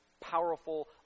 powerful